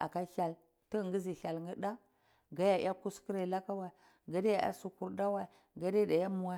aka hyel tigi ngizi hyel nheh gediya ya kuskurer nhe lakaweh kadiya ya sukurda wai